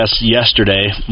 yesterday